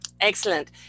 excellent